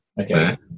Okay